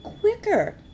quicker